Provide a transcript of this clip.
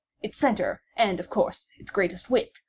its centre, and of course, its greatest width,